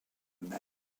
même